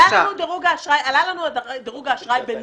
עלה לנו דירוג האשראי,